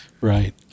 Right